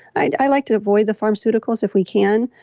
i like to avoid the pharmaceuticals if we can,